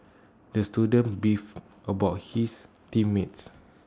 the student beefed about his team mates